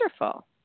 Wonderful